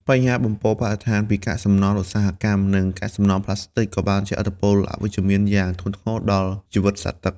បញ្ហាបំពុលបរិស្ថានពីកាកសំណល់ឧស្សាហកម្ម និងកាកសំណល់ប្លាស្ទិកក៏បានជះឥទ្ធិពលអវិជ្ជមានយ៉ាងធ្ងន់ធ្ងរដល់ជីវិតសត្វទឹក។